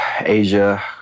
Asia